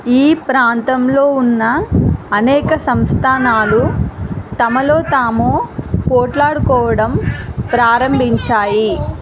ఈ ప్రాంతంలో ఉన్న అనేక సంస్థానాలు తమలో తాము పోట్లాడుకోవడం ప్రారంభించాయి